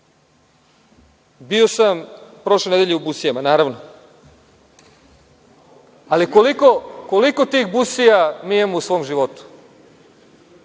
sam prošle nedelje u Busijama, naravno. Ali, koliko tih „busija“ mi imamo u svom životu?